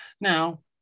Now